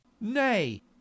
Nay